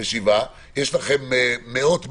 יש לכם מאות בבידוד,